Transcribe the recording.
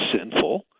sinful